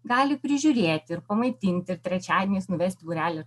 gali prižiūrėti ir pamaitinti ir trečiadieniais nuvesti būrelį